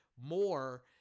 more